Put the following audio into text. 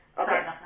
Okay